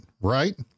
right